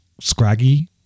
scraggy